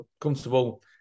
comfortable